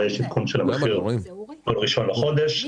הרי יש עדכון של המחיר כל ראשון לחודש,